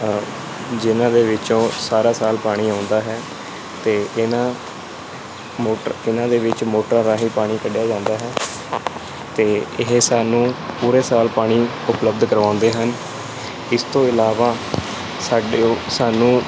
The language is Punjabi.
ਜਿਹਨਾਂ ਦੇ ਵਿੱਚੋਂ ਸਾਰਾ ਸਾਲ ਪਾਣੀ ਆਉਂਦਾ ਹੈ ਅਤੇ ਇਹਨਾਂ ਮੋਟਰ ਇਹਨਾਂ ਦੇ ਵਿੱਚ ਮੋਟਰਾਂ ਰਾਹੀ ਪਾਣੀ ਕੱਢਿਆ ਜਾਂਦਾ ਹੈ ਅਤੇ ਇਹ ਸਾਨੂੰ ਪੂਰੇ ਸਾਲ ਪਾਣੀ ਉਪਲੱਬਧ ਕਰਵਾਉਂਦੇ ਹਨ ਇਸ ਤੋਂ ਇਲਾਵਾ ਸਾਡੇ ਉਹ ਸਾਨੂੰ